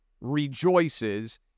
rejoices